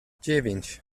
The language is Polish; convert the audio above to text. dziewięć